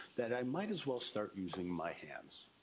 that, i might as well start using my hands.